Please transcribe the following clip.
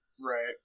Right